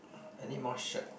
I need more shirt